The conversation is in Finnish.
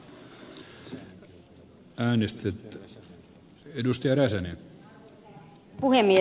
arvoisa puhemies